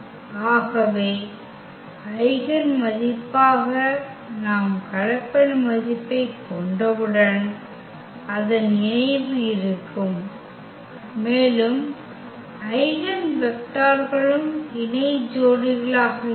ஆகவே ஐகென் மதிப்பாக நாம் கலப்பெண் மதிப்பைக் கொண்டவுடன் அதன் இணைவு இருக்கும் மேலும் ஐகென் வெக்டர்களும் இணை ஜோடிகளாக இருக்கும்